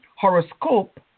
horoscope